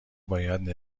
باید